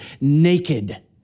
naked